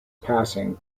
passing